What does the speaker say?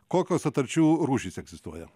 kokios sutarčių rūšys egzistuoja